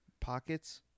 pockets